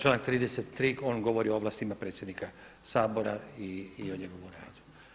Članak 33. on govori o ovlastima predsjednika Sabora i o njegovu radu.